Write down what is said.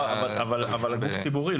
אבל גוף ציבורי.